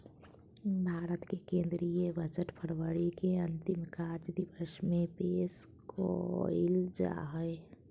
भारत के केंद्रीय बजट फरवरी के अंतिम कार्य दिवस के पेश कइल जा हइ